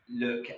look